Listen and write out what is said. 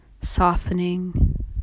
softening